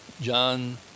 John